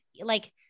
like-